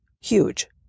Huge